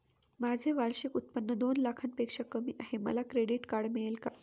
माझे वार्षिक उत्त्पन्न दोन लाखांपेक्षा कमी आहे, मला क्रेडिट कार्ड मिळेल का?